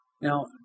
Now